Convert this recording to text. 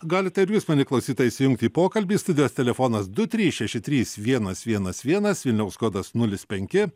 galite ir jūs mieli klausytojai įsijungti į pokalbį studijos telefonas du trys šeši trys vienas vienas vienas vilniaus kodas nulis penki